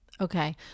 Okay